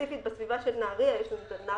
ספציפית בסביבה של נהריה יש את נהריה,